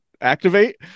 activate